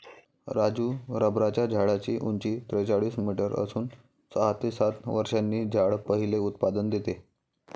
राजू रबराच्या झाडाची उंची त्रेचाळीस मीटर असून सहा ते सात वर्षांनी झाड पहिले उत्पादन देते